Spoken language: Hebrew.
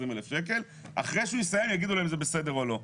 20,000 שקלים ואחרי שהוא יסיים יגידו לו אם זה בסדר או לא.